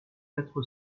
quatre